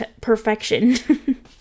perfection